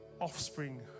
offspring